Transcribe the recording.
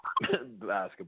basketball